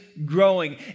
Growing